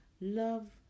Love